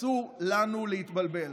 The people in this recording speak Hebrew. אסור לנו להתבלבל.